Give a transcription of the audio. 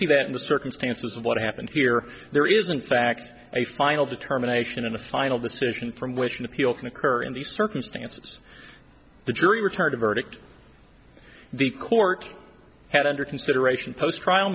see that in the circumstances of what happened here there isn't fact a final determination and a final decision from which an appeal can occur in the circumstances the jury returned a verdict the court had under consideration post trial